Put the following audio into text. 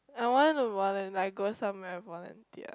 I want to volun~ like go somewhere volunteer